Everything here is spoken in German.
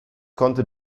konnte